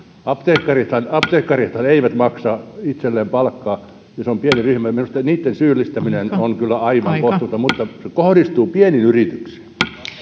apteekkarithan apteekkarithan eivät maksa itselleen palkkaa ja se on pieni ryhmä minusta heidän syyllistämisensä on kyllä aivan kohtuutonta mutta se kohdistuu pieniin yrityksiin